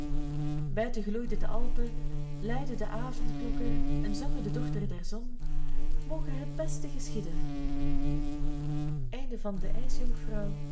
gloeiden de alpen luidden de avondklokken en zongen de dochteren der zon moge het beste geschieden